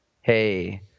hey